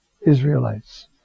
Israelites